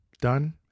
Done